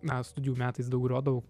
na studijų metais daug grodavau